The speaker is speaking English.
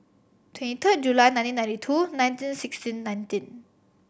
twenty third July nineteen ninety two nineteen sixteen nineteen